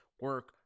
Work